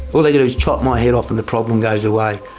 all they do is chop my head off and the problem goes away.